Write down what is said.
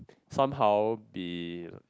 somehow be